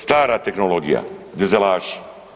Stara tehnologija, dizelaši.